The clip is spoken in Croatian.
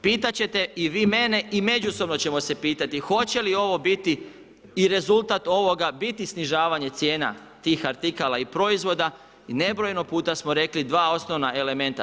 Pitat ćete i vi mene i međusobno ćemo se pitati hoće li ovo biti i rezultat ovoga biti snižavanje cijena tih artikala i proizvoda i nebrojeno puta smo rekli 2 osnovna elementa.